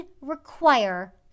require